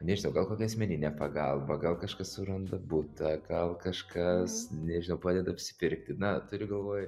nežinau gal kokia asmeninė pagalba gal kažkas suranda butą gal kažkas nežinau padeda apsipirkti na turiu galvoj